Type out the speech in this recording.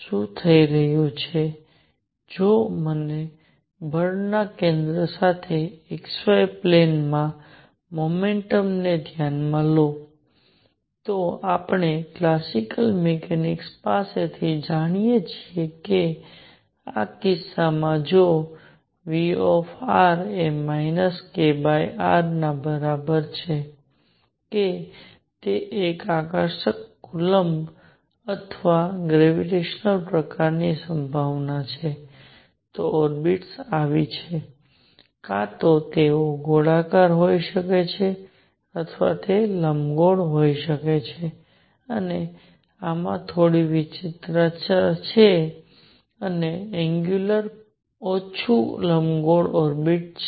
શું થઈ રહ્યું છે કે જો તમે બળ ના કેન્દ્ર સાથે x y પ્લેન માં મોમેન્ટમ ને ધ્યાનમાં લો તો આપણે ક્લાસિકલ મિકેનિક્સ પાસેથી જાણીએ છીએ કે આ કિસ્સામાં જો Vr એ kr ના બરાબર છે કે તે એક આકર્ષક કુલંમ્બ અથવા ગ્રેવિટેશન પ્રકારની સંભાવના છે તો ઓર્બિટ્સ આવી છે કાં તો તેઓ ગોળાકાર હોઈ શકે છે અથવા તે લંબગોળ હોઈ શકે છે અને આમાં થોડી વિચિત્રતા છે અને એંગ્યુલર ઓછું લંબગોળ ઓર્બિટ્સ છે